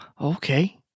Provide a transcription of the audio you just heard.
Okay